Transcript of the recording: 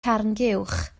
carnguwch